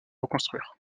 reconstruire